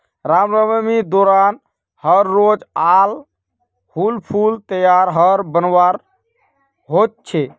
रामनवामी दौरान हर रोज़ आर हुल फूल लेयर हर बनवार होच छे